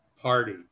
party